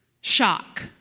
shock